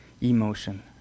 emotion